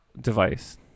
device